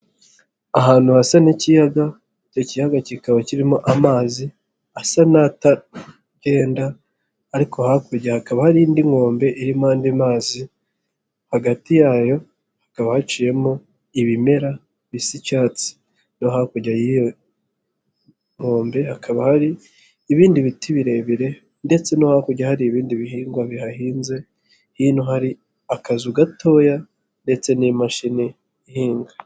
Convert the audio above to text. Ahantu hasa n'ikiyaga icyo kiyaga kikaba kirimo amazi asa n'atagenda ariko hakurya hakaba hari indi nkombe irimo andi mazi. Hagati yayo hakaba haciyemo ibimera bisa icyatsi no hakurya y'iyo nkombe hakaba hari ibindi biti birebire ndetse no hakurya hari ibindi bihingwa bihahinze. Hino hari akazu gatoya ndetse n'imashini ihinga.